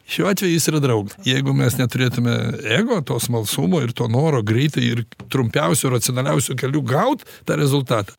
šiuo atveju jis yra draugas jeigu mes neturėtume ego to smalsumo ir to noro greitai ir trumpiausiu racionaliausiu keliu gaut tą rezultatą